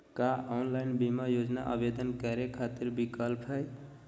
का ऑनलाइन बीमा योजना आवेदन करै खातिर विक्लप हई?